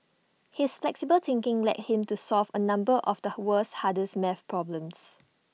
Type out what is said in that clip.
his flexible thinking led him to solve A number of the world's hardest math problems